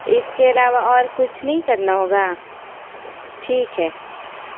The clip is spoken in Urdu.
اس کے علاوہ اور کچھ نہیں کرنا ہوگا ٹھیک ہے